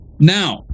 now